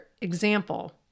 example